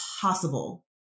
possible